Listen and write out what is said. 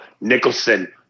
Nicholson